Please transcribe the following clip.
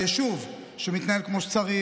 יישוב שמתנהל כמו שצריך,